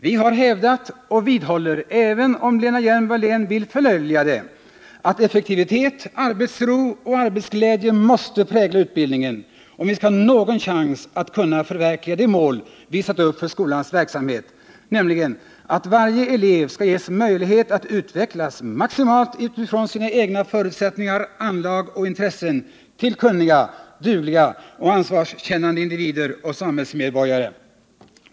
Vi har hävdat — och vi vidhåller detta, även om Lena Hjelm-Wallén vill förlöjliga det — att effektivitet, arbetsro och arbetsglädje måste prägla utbildningen, om vi skall ha någon chans att kunna förverkliga de mål vi satt upp för skolans verksamhet, nämligen att varje elev skall ges möjlighet att utvecklas maximalt utifrån sina egna förutsättningar, anlag och intressen till en kunnig, duglig och ansvarskännande individ och samhällsmedborgare.